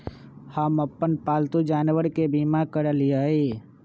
हम अप्पन पालतु जानवर के बीमा करअलिअई